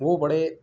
وہ بڑے